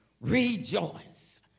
rejoice